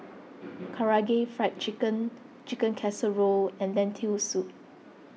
Karaage Fried Chicken Chicken Casserole and Lentil Soup